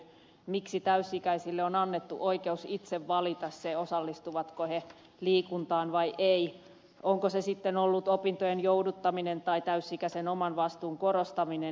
miksi täysikäisille on annettu oikeus itse valita osallistuvatko he liikuntaan vai eivät onko sitten syynä ollut opintojen jouduttaminen tai täysikäisen oman vastuun korostaminen